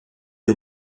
des